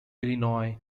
illinois